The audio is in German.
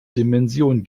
dimension